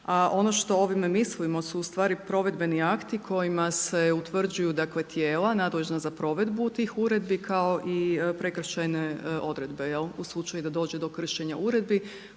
ono što ovime mislimo su ustvari provedbeni akti kojima se utvrđuju tijela nadležna za provedbu tih uredbi kao i prekršajne odredbe u slučaju da dođe do kršenja uredbi